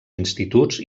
instituts